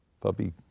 puppy